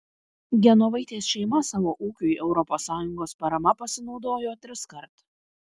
genovaitės šeima savo ūkiui europos sąjungos parama pasinaudojo triskart